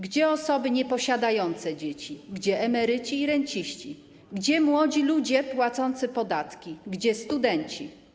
Gdzie osoby nieposiadające dzieci, gdzie emeryci i renciści, gdzie młodzi ludzie płacący podatki, gdzie studenci?